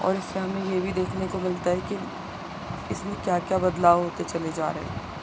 اور اس سے ہمیں یہ بھی دیکھنے کو ملتا ہے کہ اس میں کیا کیا بدلاؤ ہوتے چلے جا رہے ہیں